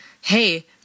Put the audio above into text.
Hey